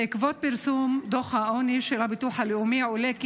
בעקבות פרסום דוח העוני של הביטוח הלאומי עולה כי